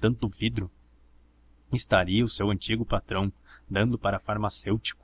tanto vidro estaria o seu antigo patrão dando para farmacêutico